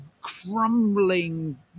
crumbling